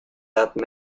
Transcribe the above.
edad